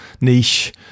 niche